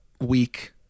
week